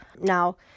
Now